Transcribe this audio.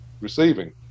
receiving